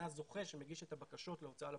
מהזוכה שמגיש את הבקשות להוצאה לפועל.